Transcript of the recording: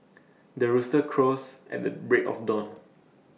the rooster crows at the break of dawn